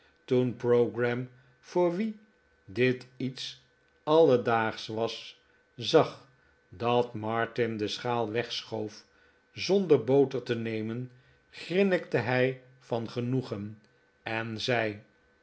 toen pogram voor wien dit iets alledaagsch was zag dat martin de schaal wegschoof zonder boter te nemen grinnikte hij van genoegen en zei